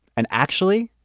and actually,